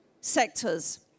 sectors